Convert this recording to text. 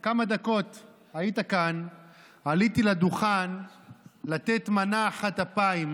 סובה, היום ראיתי שאתם הוצאתם אותו מהמפלגה.